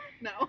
No